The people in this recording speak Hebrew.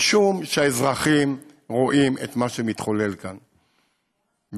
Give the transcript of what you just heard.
משום שהאזרחים רואים את מה שמתחולל כאן.